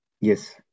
Yes